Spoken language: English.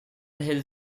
hill